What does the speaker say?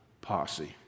posse